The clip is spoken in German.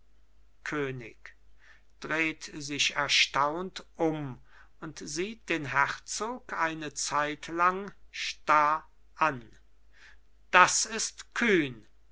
könig dreht sich erstaunt um und sieht den herzog eine zeitlang starr an das ist kühn